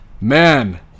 Man